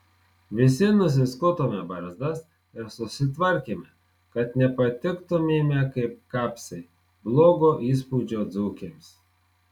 visi nusiskutome barzdas ir susitvarkėme kad nepatiktumėme kaip kapsai blogo įspūdžio dzūkėms